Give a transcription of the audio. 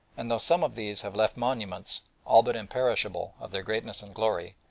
and though some of these have left monuments, all but imperishable, of their greatness and glory,